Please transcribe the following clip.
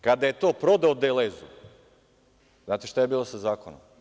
Kada je to prodao „Delezu“, znate šta je bilo sa zakonom?